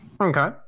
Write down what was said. Okay